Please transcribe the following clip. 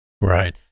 right